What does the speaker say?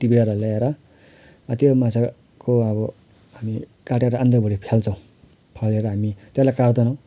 टिपेर ल्याएर त्यो माछालाई को अब हामीले काटेर आन्द्राभुँडी फ्याल्छौँ फ्यालेर हामी त्यसलाई काट्दैनौँ